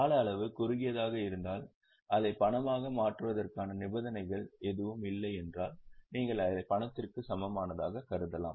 கால அளவு குறுகியதாக இருந்தால் அதை பணமாக மாற்றுவதற்கான நிபந்தனைகள் எதுவும் இல்லை என்றால் நீங்கள் அதை பணத்திற்கு சமமானதாக கருதலாம்